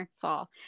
fall